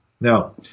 Now